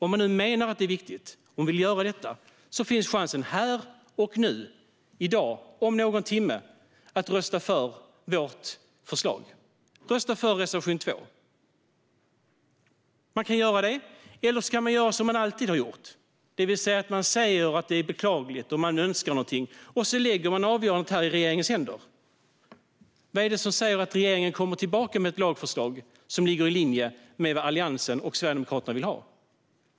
Om man nu menar det och vill göra detta finns chansen att om någon timme rösta för vårt förslag, reservation 2. Man kan göra det. Eller så kan man göra som man alltid har gjort, alltså säga att det är beklagligt och att man önskar något men lägga avgörandet i regeringens händer. Men vad är det som säger att regeringen återkommer med ett lagförslag som ligger i linje med vad Alliansen och Sverigedemokraterna vill ha.